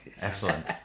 Excellent